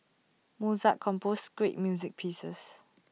Mozart composed great music pieces